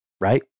right